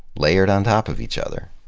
layered on top of each other.